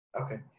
Okay